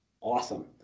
awesome